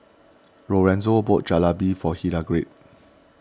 Lorenzo bought Jalebi for Hildegard